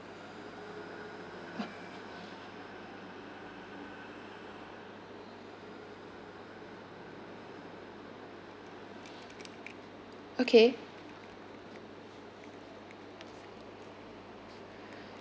okay